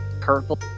Purple